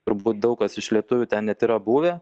turbūt daug kas iš lietuvių ten net yra buvę